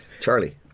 Charlie